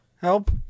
Help